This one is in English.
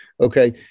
Okay